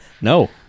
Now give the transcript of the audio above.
No